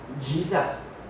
Jesus